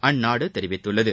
அந்நாடு தெரிவித்துள்ளது